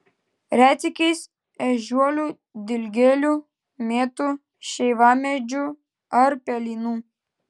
retsykiais ežiuolių dilgėlių mėtų šeivamedžių ar pelynų